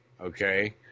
Okay